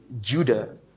Judah